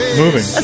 moving